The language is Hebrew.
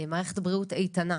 מערכת הבריאות איתנה.